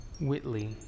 Whitley